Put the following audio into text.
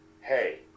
Hey